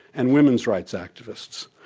and women's rights activists.